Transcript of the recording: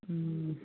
ꯎꯝ